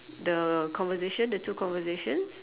the conversation the two conversations